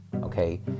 Okay